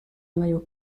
noyaux